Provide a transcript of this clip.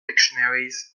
dictionaries